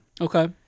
Okay